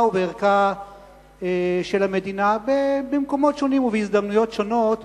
ובערכה של המדינה במקומות שונים ובהזדמנויות שונות.